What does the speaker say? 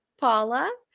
paula